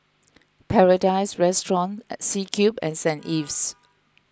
Paradise Restaurant C Cube and Saint Ives